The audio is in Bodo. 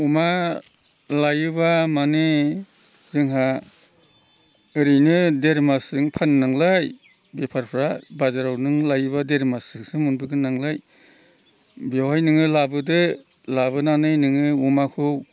अमा लायोब्ला माने जोंहा ओरैनो देर मासजों फानो नालाय बेफारिफ्रा बाजाराव नों लायोब्ला देर मासजोंसो मोनबोगोननालाय बेवहाय नोङो लाबोदो लाबोनानै नोङो अमाखौ